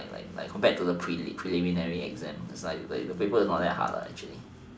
like like compared to the preliminary exams the paper is not that hard lah actually